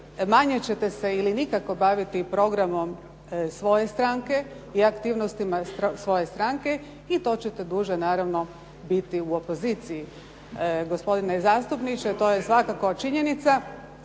manje ćete se ili nikako baviti programom svoje stranke i aktivnostima svoje stranke, i to ćete duže naravno biti u opoziciji. Gospodine zastupniče, to je svakako činjenica.